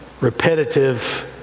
Repetitive